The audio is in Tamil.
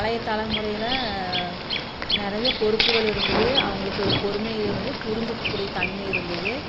பழைய தலைமுறையில் நிறைய பொறுப்புகள் இருந்துது அவங்களுக்கு பொறுமையும் இருந்தது புரிஞ்சிக்கக்கூடிய தன்மையும் இருந்துது